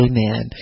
Amen